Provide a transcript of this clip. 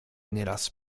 nieraz